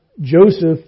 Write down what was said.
Joseph